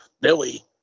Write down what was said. Billy